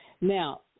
Now